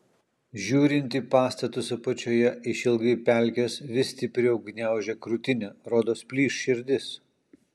žiūrint į pastatus apačioje išilgai pelkės vis stipriau gniaužia krūtinę rodos plyš širdis